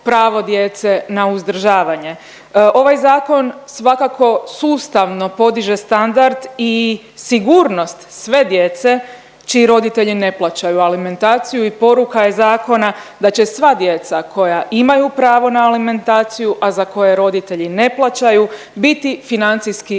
pravo djece na uzdržavanje. Ovaj zakon svakako sustavno podiže standard i sigurnost sve djece čiji roditelji ne plaćaju alimentaciju i poruka je zakona da će sva djeca koja imaju pravo na alimentaciju, a za koje roditelji ne plaćaju biti financijski